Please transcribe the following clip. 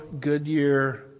Goodyear